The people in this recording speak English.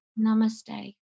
Namaste